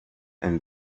and